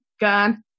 gun